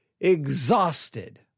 exhausted